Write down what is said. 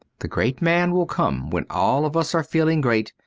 the great man will come when all of us are feeling great,